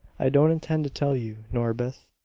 i don't intend to tell you, norbith.